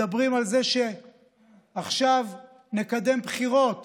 מדברים על זה שעכשיו נקדם בחירות